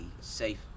safe